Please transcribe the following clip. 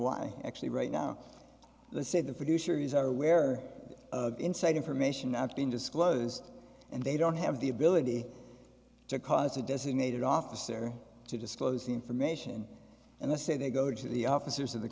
why actually right now the say the producers are aware of inside information not been disclosed and they don't have the ability to cause a designated officer to disclose the information and they say they go to the officers of the